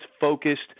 focused